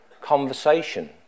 conversation